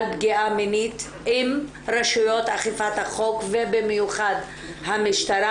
פגיעה מינית עם רשויות אכיפת החוק ובמיוחד המשטרה.